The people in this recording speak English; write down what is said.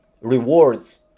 rewards